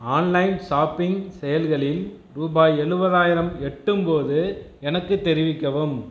online shopping செயலிகளில் ரூபாய் எழுபதாயிரம் எட்டும்போது எனக்குத் தெரிவிக்கவும்